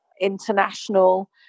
international